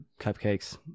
cupcakes